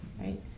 right